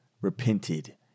repented